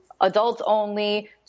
adults-only